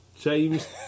James